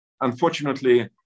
Unfortunately